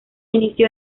inició